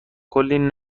کلی